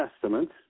Testament